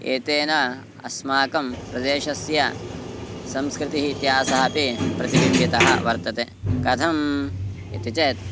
एतेन अस्माकं प्रदेशस्य संस्कृतिः इतिहासः अपि प्रतिबिम्बितः वर्तते कथम् इति चेत्